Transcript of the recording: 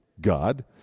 God